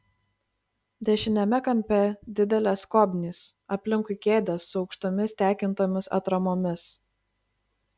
dešiniame kampe didelės skobnys aplinkui kėdės su aukštomis tekintomis atramomis